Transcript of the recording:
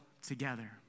together